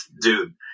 dude